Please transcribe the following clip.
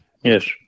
yes